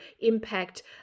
impact